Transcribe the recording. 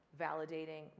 validating